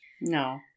No